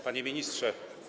Panie Ministrze!